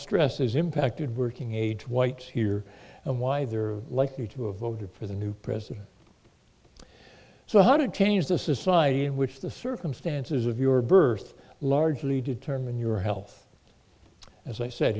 stresses impacted working age whites here and why they are likely to have voted for the new president so how did change the society in which the circumstances of your birth largely determine your health as i said